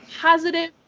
positive